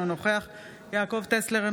אינו נוכח יעקב טסלר,